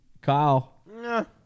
Kyle